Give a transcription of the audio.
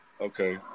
Okay